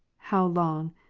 how long,